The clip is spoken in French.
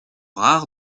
rares